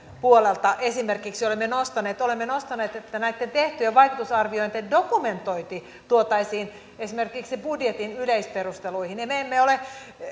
puolelta esimerkiksi olemme nostaneet on se että näitten tehtyjen vaikutusarvioiden dokumentointi tuotaisiin esimerkiksi budjetin yleisperusteluihin ja me emme ole